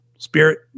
Spirit